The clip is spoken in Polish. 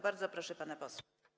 Bardzo proszę pana posła.